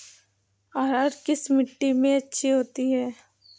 अरहर किस मिट्टी में अच्छी होती है?